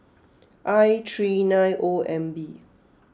I three nine O M B